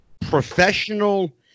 professional